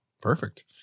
Perfect